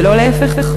ולא להפך?